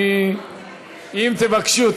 אם תבקשו,